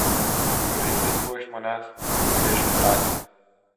jeigu reikės ko iš manęs rėžk drąsiai